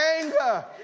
anger